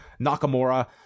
Nakamura